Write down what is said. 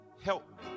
help